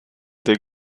der